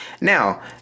Now